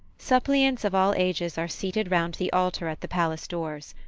suppliants of all ages are seated round the altar at the palace doors,